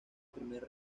primer